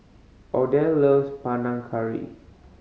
Odell loves Panang Curry